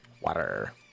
Water